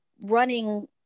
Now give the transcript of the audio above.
running